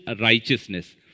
righteousness